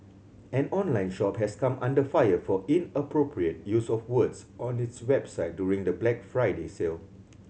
an online shop has come under fire for inappropriate use of words on its website during the Black Friday sale